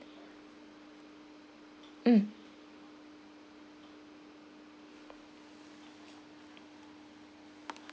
mm